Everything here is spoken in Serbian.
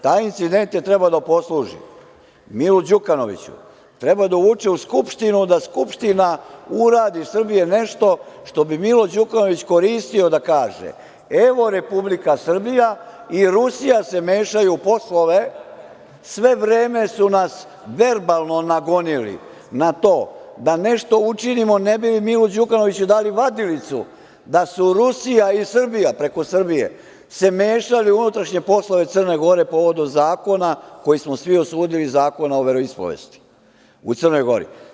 Taj incident je trebalo da posluži Milu Đukanoviću, trebao je da uvuče u Skupštinu, da Skupština Srbije uradi nešto što bi Milo Đukanović koristio da kaže - evo, Republika Srbija i Rusija se mešaju u poslove, sve vreme su nas verbalno nagonili na to da nešto učinimo ne bi li Milu Đukanoviću dali vadilicu da su Rusija i Srbija, preko Srbije, se mešali u unutrašnje poslove Crne Gore povodom zakona koji smo svi osudili, Zakona o veroispovesti u Crnoj Gori.